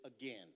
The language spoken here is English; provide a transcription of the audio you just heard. again